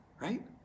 right